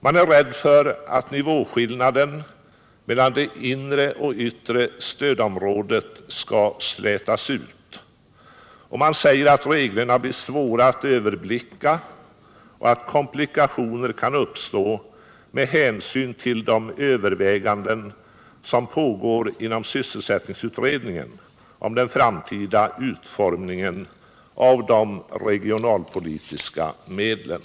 Man är rädd för att nivåskillnaden mellan inre och yttre stödområdet skall slätas ut. Man säger vidare att reglerna blir svåra att överblicka och att komplikationer kan uppstå med hänsyn till de överväganden som pågår inom sysselsättningsutredningen och om den framtida utformningen av de regionalpolitiska medlen.